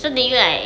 ya